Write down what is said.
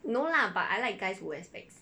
no lah but I like guys who wear specs